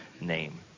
name